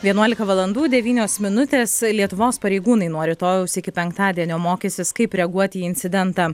vienuolika valandų devynios minutės lietuvos pareigūnai nuo rytojaus iki penktadienio mokysis kaip reaguoti į incidentą